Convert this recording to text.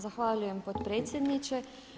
Zahvaljujem potpredsjedniče.